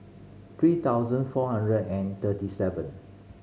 three thousand four hundred and thirty seven